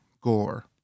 Gore